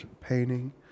painting